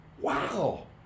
wow